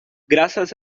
graças